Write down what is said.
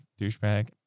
douchebag